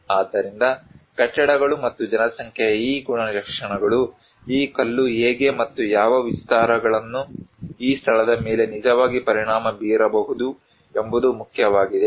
ಆದ್ದರಿಂದ ಕಟ್ಟಡಗಳು ಮತ್ತು ಜನಸಂಖ್ಯೆಯ ಈ ಗುಣಲಕ್ಷಣಗಳು ಈ ಕಲ್ಲು ಹೇಗೆ ಮತ್ತು ಯಾವ ವಿಸ್ತಾರಗಳನ್ನು ಈ ಸ್ಥಳದ ಮೇಲೆ ನಿಜವಾಗಿ ಪರಿಣಾಮ ಬೀರಬಹುದು ಎಂಬುದು ಮುಖ್ಯವಾಗಿದೆ